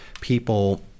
people